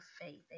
faith